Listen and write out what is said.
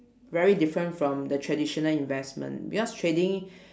very different from the traditional investment because trading